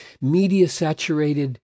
media-saturated